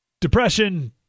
depression